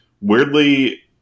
weirdly